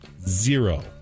Zero